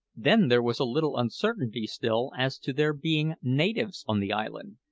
then there was a little uncertainty still as to there being natives on the island,